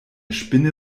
spinne